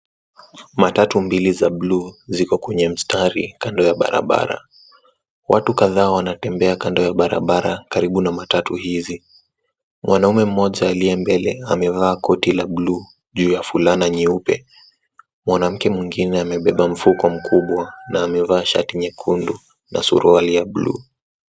Matatu mbili za bluu ziko kwenye mstari kando ya barabara. Watu kadhaa wanatembea kando ya barabara karibu na matatu hizi. Mwanaume mmoja aliye mbele amevaa koti la bluu juu ya fulana nyeupe, mwanamke mwingine amebeba mfuko mkubwa na amevaa shati nyekundu na suruali ya bluu.